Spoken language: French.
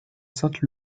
sainte